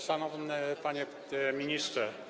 Szanowny Panie Ministrze!